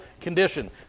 condition